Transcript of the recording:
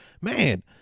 man